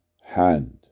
hand